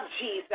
Jesus